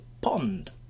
pond